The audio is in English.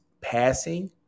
passing